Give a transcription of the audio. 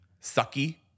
Sucky